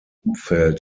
umfeld